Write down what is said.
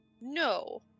No